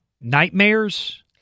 nightmares